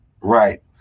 Right